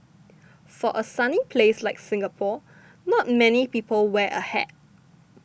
for a sunny place like Singapore not many people wear a hat